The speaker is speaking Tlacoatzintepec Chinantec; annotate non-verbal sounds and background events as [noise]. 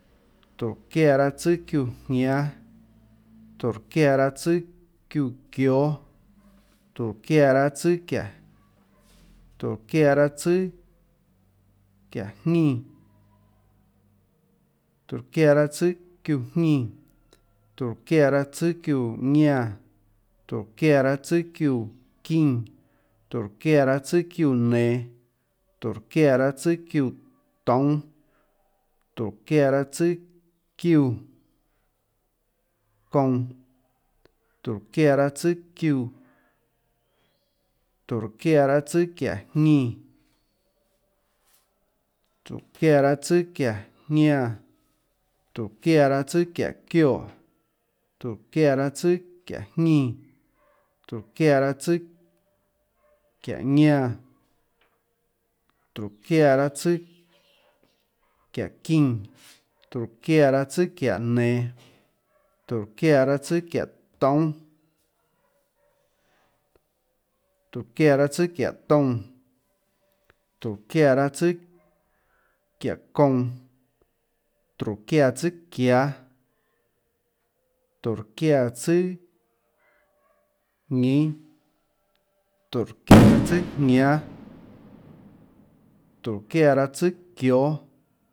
Tórå çiáã tsùâ çiúãjñánâ, tórå çiáã tsùâ çiúã çióâ, tórå çiáã tsùâ çiáhå tórå çiáã tsùâ çiáhå jñínã, tórå çiáã tsùâ çiúã jnínã, tórå çiáã tsùâ çiúã ñánã, tórå çiáã tsùâ çiúã çínã, tórå çiáã tsùâ çiúã nenå, tórå çiáã tsùâ çiúã toúnâ, tórå çiáã tsùâ çiúã kounã, tórå çiáã tsùâ çiúã, tórå çiáã tsùâ çiáã jñinã, tórå çiáã tsùâ çiáâ jñánâ, tórå çiáã tsùâ çiáâ çióâ, tórå çiáã tsùâ çiáâ jñínã, tórå çiáã tsùâ çiáâ ñánã, tórå çiáã tsùâ çiáâ çínã, tórå çiáã tsùâ çiáâ nenå, tórå çiáã tsùâ çiáâ toúnâ, tórå çiáã tsùâ çiáâ kounã, tórå çiáã tsùâ çiáã, tórå çiáã tsùâ ñínâ, [noise] tórå çiáã tsùâ jñánâ, tórå çiáã tsùâ çióâ.